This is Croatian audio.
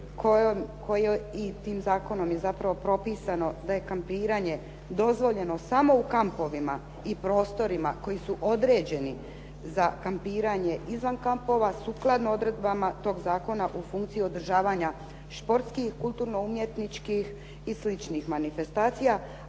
kojom i tim zakonom je zapravo propisano da je kampiranje dozvoljeno samo u kampovima i prostorima koji su određeni za kampiranje izvan kampova sukladno odredbama tog zakona u funkciji održavanja športskih, kulturno-umjetničkih i sličnih manifestacija.